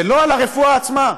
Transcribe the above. ולא על הרפואה עצמה,